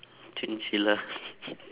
chinchilla